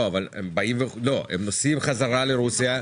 הם נוסעים בחזרה לרוסיה,